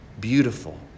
Beautiful